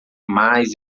mais